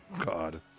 God